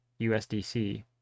USDC